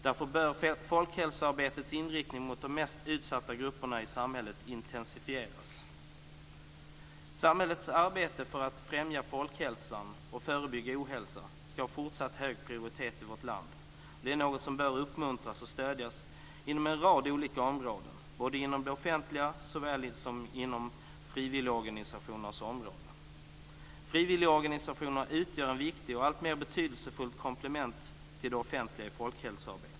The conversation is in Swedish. Därför bör folkhälsoarbetets inriktning mot de mest utsatta grupperna i samhället intensifieras. Samhällets arbete för att främja folkhälsan och förebygga ohälsa ska ha fortsatt hög prioritet i vårt land. Det är något som bör uppmuntras och stödjas inom en rad olika områden, både inom det offentliga och inom frivilligorganisationernas område. Frivilligorganisationerna utgör en viktig och ett alltmer betydelsefullt komplement till det offentliga i folkhälsoarbetet.